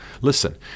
Listen